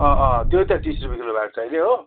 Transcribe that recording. त्यही त तिस रुपियाँ किलो भएको छ अहिले हो